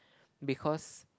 because